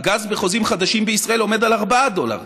הגז בחוזים חדשים בישראל עומד על 4 דולר,